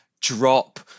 drop